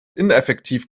ineffektiv